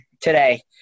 today